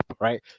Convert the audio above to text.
Right